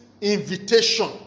invitation